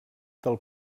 del